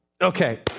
okay